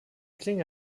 klinge